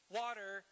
water